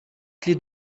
clefs